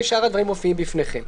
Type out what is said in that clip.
שאר הדברים מופיעים בפניכם.